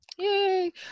Yay